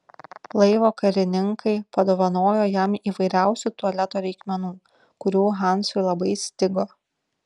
laivo karininkai padovanojo jam įvairiausių tualeto reikmenų kurių hansui labai stigo